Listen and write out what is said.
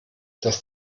das